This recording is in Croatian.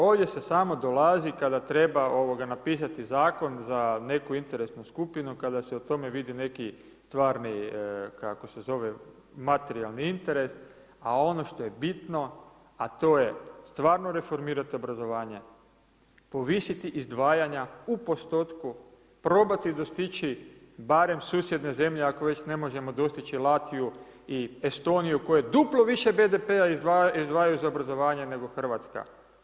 Ovdje se samo dolazi kada treba napisati zakon za neku interesnu skupinu, kada se u tom vidi neki stvarni kako se zove, materijalni interes, a ono što je bitno a to je stvarno reformirati obrazovanje, povisiti izdvajanja u postotku, probati dostići barem susjedne zemlje ako već ne možemo dostići Latviju i Estoniju koje duplo više BDP-a izdvajaju za obrazovanje nego Hrvatska.